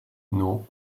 non